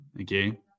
okay